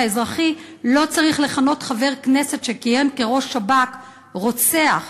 האזרחי לא צריך לכנות חבר כנסת שכיהן כראש שב"כ "רוצח".